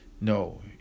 No